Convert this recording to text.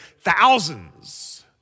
thousands